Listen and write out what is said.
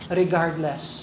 regardless